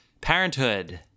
*Parenthood*